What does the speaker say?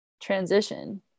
transition